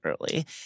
early